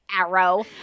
Arrow